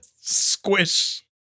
squish